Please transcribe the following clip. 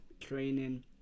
training